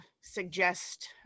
suggest